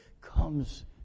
comes